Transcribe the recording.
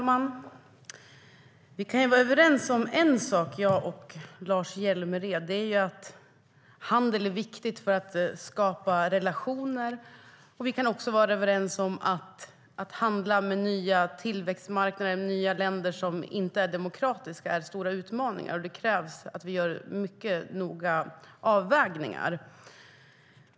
Herr talman! Lars Hjälmered och jag kan vara överens om en sak, nämligen att handel är viktigt för att skapa relationer. Vi kan också vara överens om att handel med nya tillväxtmarknader, nya icke-demokratiska länder, innebär stora utmaningar. Det krävs att vi gör mycket noggranna avvägningar.